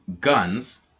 guns